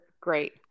great